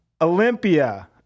olympia